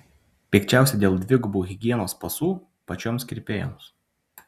pikčiausia dėl dvigubų higienos pasų pačioms kirpėjoms